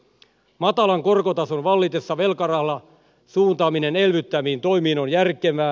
matalan korkotason vallitessa velkarahan suuntaaminen elvyttäviin toimiin on järkevää